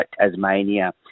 Tasmania